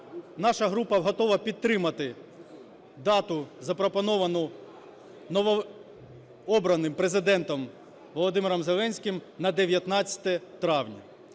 Наша група готова підтримати дату, запропоновану новообраним Президентом Володимиром Зеленським, на 19 травня.